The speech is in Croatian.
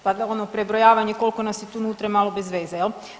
Pa da ono, prebrojavanje koliko nas je tu unutra je malo bez veze, je li?